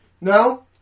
No